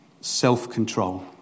self-control